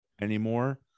anymore